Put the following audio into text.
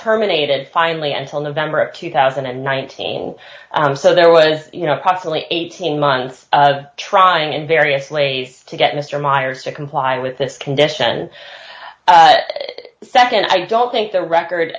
terminated finally until november of two thousand and nineteen so there was you know possibly eighteen months trying in various ways to get mr meyers to comply with this condition second i don't think the record